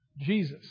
Jesus